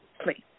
please